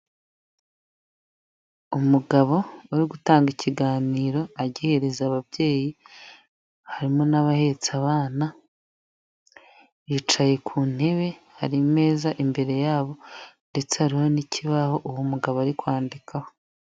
Umugabo uri gutanga ikiganiro agihereza ababyeyi, harimo n'abahetse abana, bicaye ku ntebe, hari imeza imbere yabo ndetse hariho n'ikibaho uwo mugabo ari kwandikaho.